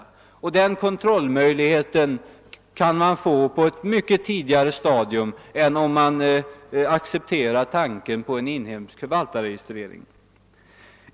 Denna kontrollmöjlighet kan man få på ett mycket tidigare stadium än om man accepterar tanken på en inhemsk förvaltarregistrering.